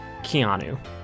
Keanu